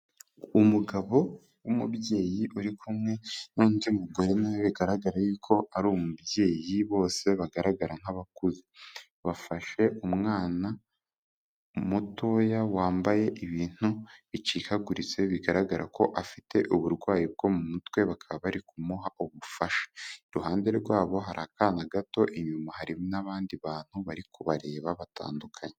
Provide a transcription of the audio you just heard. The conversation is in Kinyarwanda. Umugabo w'umubyeyi urikumwe n'undi mugore na we bigaragara ko ari umubyeyi, bose bagaragara nk'abakuze. Bafashe umwana mutoya wambaye ibintu bicikaguritse bigaragara ko afite uburwayi bwo mu mutwe bakaba barikumuha ubufasha. Iruhande rwabo hari akana gato, inyuma hari n'abandi bantu barikubareba batandukanye.